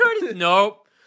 Nope